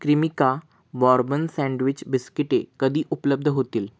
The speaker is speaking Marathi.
क्रिमिका बॉर्बन सँडविच बिस्किटे कधी उपलब्ध होतील